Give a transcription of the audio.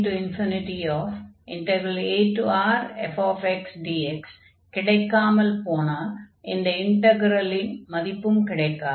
R→∞aRfxdx கிடைக்காமல் போனால் இந்த இன்டக்ரலின் மதிப்பும் கிடைக்காது